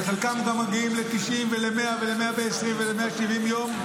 וחלקם גם מגיעים ל-90 ול-100 ול-120 ול-170 יום,